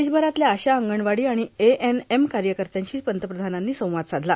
देशभरातल्या आशा अंगणवाडी आणि एएनएम कार्यकर्त्यांशी पंतप्रधानांनी संवाद साधला